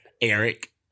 Eric